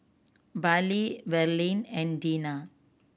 Perley Verlene and Dina